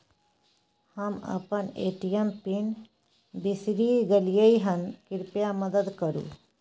हम अपन ATM pin बिसरि गलियै हन, कृपया मदद करु